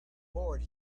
board